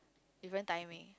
different timing